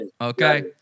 Okay